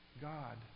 God